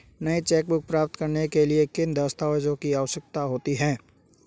नई चेकबुक प्राप्त करने के लिए किन दस्तावेज़ों की आवश्यकता होती है?